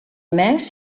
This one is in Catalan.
més